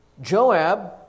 Joab